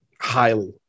highly